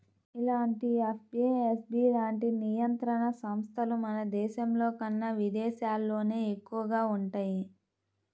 ఇలాంటి ఎఫ్ఏఎస్బి లాంటి నియంత్రణ సంస్థలు మన దేశంలోకన్నా విదేశాల్లోనే ఎక్కువగా వుంటయ్యి